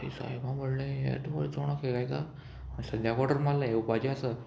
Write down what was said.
I सायबा म्हणलें येदें व्हडलें चोणाक येयला हेका हांवें सद्या ऑर्डर मारला येवपाचें आसा